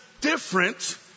different